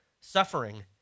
suffering